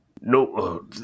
No